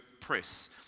Press